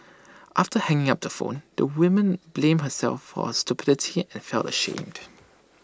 after hanging up the phone the women blamed herself for her stupidity and felt ashamed